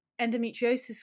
endometriosis